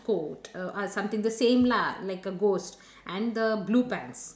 coat err uh something the same lah like a ghost and the blue pants